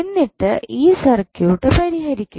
എന്നിട്ട് ഈ സർക്യൂട്ട് പരിഹരിക്കുക